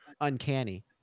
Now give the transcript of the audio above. uncanny